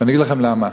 ואני אגיד לכם למה.